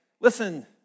Listen